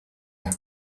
them